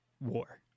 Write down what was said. war